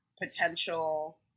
potential